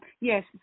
Yes